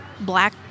black